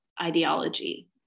ideology